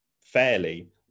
fairly